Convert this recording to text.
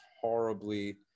horribly